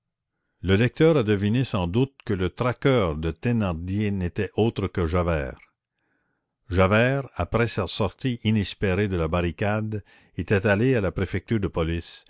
le lecteur a deviné sans doute que le traqueur de thénardier n'était autre que javert javert après sa sortie inespérée de la barricade était allé à la préfecture de police